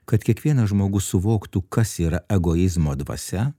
kad kiekvienas žmogus suvoktų kas yra egoizmo dvasia